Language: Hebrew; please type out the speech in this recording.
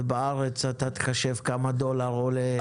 ובארץ אתה תחשב כמה דולר עולה.